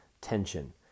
tension